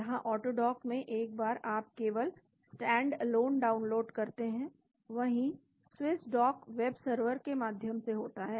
जहांऑटोडॉक में एक बार आप केवल स्टैंड अलोन डाउनलोड करते हैं वहीं स्विस डॉक वेबसर्वर के माध्यम से होता है